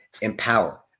empower